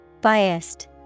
Biased